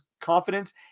confidence